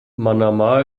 manama